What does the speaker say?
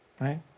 right